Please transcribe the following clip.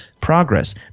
progress